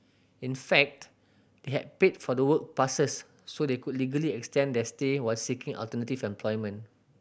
in fact they had paid for the work passes so they could legally extend their stay while seeking alternative employment